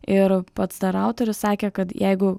ir pats autorius sakė kad jeigu